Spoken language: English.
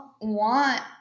want